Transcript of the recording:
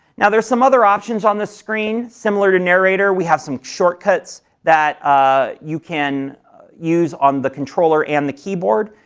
now, there are some other options on the screen, similar to narrator. we have some shortcuts that ah you can use on the controller and the keyboard,